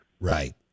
Right